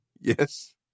Yes